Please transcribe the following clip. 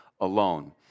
alone